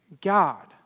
God